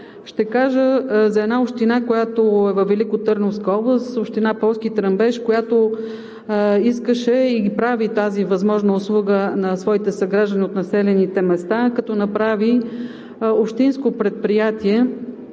Ще кажа за една община във Великотърновска област – община Полски Тръмбеш, която искаше и прави тази възможна услуга на своите съграждани от населените места, като направи общинско предприятие,